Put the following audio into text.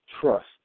trust